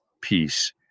peace